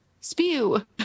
Spew